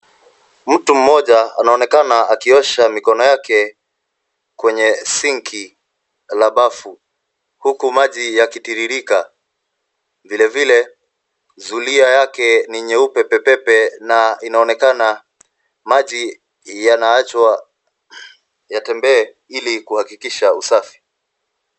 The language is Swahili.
Mtu moja anaonekana akiosha mikono yake kwenye sinki la bafu huku maji yakitiririka. Vilevile zulia yake ni nyeupe pepepe na inaonekana maji yanaachwa yatembee ili kuhakikisha usafi.